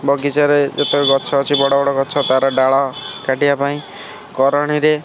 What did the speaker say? ବଗିଚାରେ ଯେତେକ ଗଛ ଅଛି ବଡ଼ ବଡ଼ ଗଛ ତାର ଡାଳ କାଟିବା ପାଇଁ କରଣୀରେ